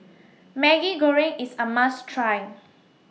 Maggi Goreng IS A must Try